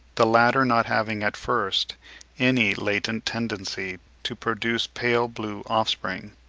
the latter not having at first any latent tendency to produce pale-blue offspring.